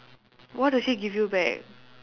what does she give you back